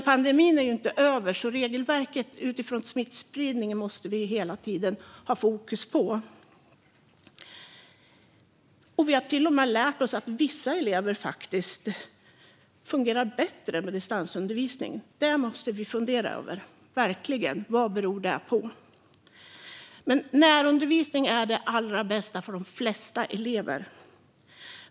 Pandemin är dock inte över, så utifrån smittspridningen måste vi hela tiden ha fokus på regelverket. Vi har lärt oss att för vissa elever fungerar distansundervisning faktiskt bättre. Vi måste fundera över vad det beror på. Men närundervisning är det allra bästa för de flesta elever.